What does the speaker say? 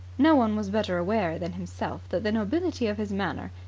no one was better aware than himself that the nobility of his manner,